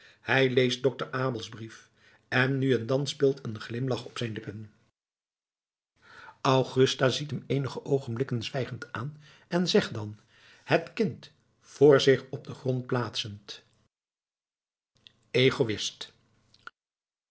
hij leest dokter abels brief en nu en dan speelt een glimlach om zijn lippen augusta ziet hem eenige oogenblikken zwijgend aan en zegt dan het kind vr zich op den grond plaatsend egoïst